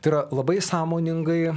tai yra labai sąmoningai